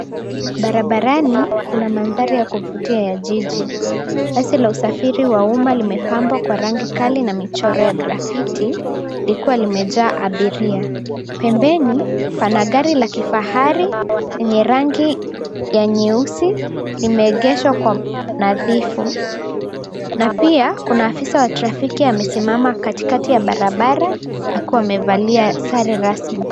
Barabarani kuna mandhari ya kuvutia ya jiji. Basi la usafiri wa umma limepambwa kwa rangi kali na michoro ya graphiti likiwa limejaa abiria. Pembeni pana gari la kifahari lenye rangi ya nyeusi limeegeshwa kwa unadhifu na pia kuna afisa wa trafiki amesimama katikati ya barabara akiwa amevalia sare rasmi.